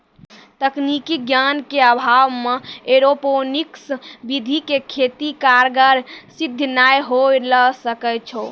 तकनीकी ज्ञान के अभाव मॅ एरोपोनिक्स विधि के खेती कारगर सिद्ध नाय होय ल सकै छो